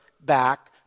back